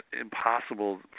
impossible